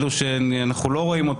אלו שאנחנו לא רואים,